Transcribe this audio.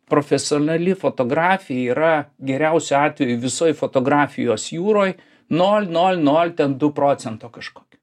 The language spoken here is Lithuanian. profesionali fotografija yra geriausiu atveju visoj fotografijos jūroj nol nol nol ten du procento kažkokio